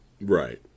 Right